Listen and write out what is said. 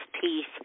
peace